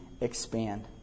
expand